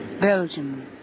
Belgium